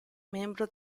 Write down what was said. membro